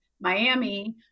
Miami